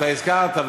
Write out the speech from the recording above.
אתה הזכרת,